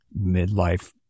midlife